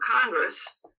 Congress